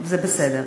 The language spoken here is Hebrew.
זה בסדר.